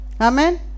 Amen